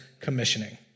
commissioning